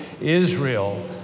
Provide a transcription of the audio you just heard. Israel